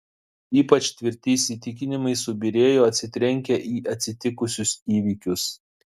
ypač tvirti įsitikinimai subyrėjo atsitrenkę į atsitikusius įvykius